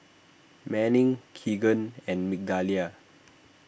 Manning Kegan and Migdalia